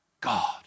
God